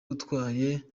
utwaye